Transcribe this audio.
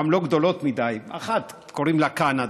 גם לא גדולות מדי, אחת קוראים לה קנדה,